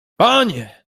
panie